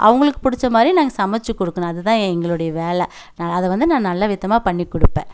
அவங்களுக்குப் பிடிச்ச மாதிரியும் நாங்கள் சமைச்சு கொடுக்கணும் அதுதான் எங்களுடைய வேலை அதைவந்து நான் நல்லவிதமாக பண்ணிக்கொடுப்பேன்